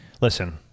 Listen